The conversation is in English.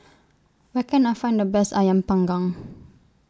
Where Can I Find The Best Ayam Panggang